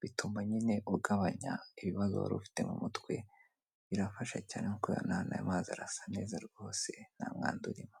bituma nyine ugabanya ibibazo wari ufite mu mutwe birafasha cyane nk'uko ubibona hano ay'amazi arasa neza rwose nta mwanda urimo.